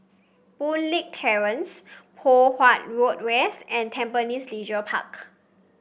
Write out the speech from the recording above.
Boon Leat Terrace Poh Huat Road West and Tampines Leisure Park